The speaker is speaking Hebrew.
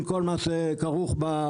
עם כל מה שכרוך בגידול.